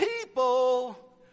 people